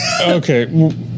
okay